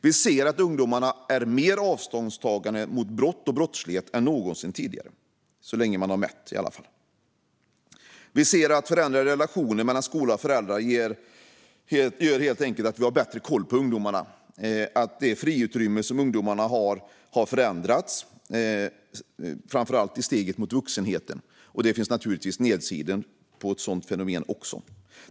Vi ser att ungdomarna är mer avståndstagande till brott och brottslighet än någonsin tidigare, i alla fall så länge man har mätt. Vi ser att förändrade relationer mellan skola och föräldrar gör att vi helt enkelt har bättre koll på ungdomarna. Ungdomarnas friutrymme i steget mot vuxenheten har förändrats. Naturligtvis finns det även nedsidor på ett sådant fenomen.